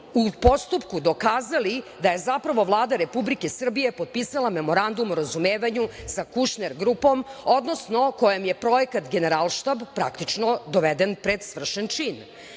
u postupku dokazali da je zapravo Vlada Republike Srbije potpisala memorandum o razumevanju sa Kušner grupom, odnosno kojom je Projekat Generalštab doveden pred svršen čin.